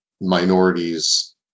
minorities